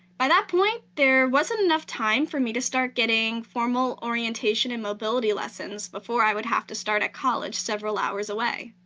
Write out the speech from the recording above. by that point, there wasn't enough time for me to start getting formal orientation and mobility lessons before i would have to start at college several hours away.